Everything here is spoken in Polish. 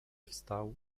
wstał